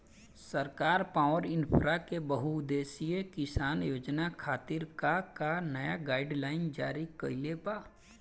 सरकार पॉवरइन्फ्रा के बहुउद्देश्यीय किसान योजना खातिर का का नया गाइडलाइन जारी कइले बा?